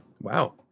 wow